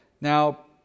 Now